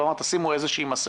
הוא אמר תשימו איזושהי מסיכה.